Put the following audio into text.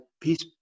peace